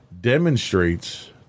demonstrates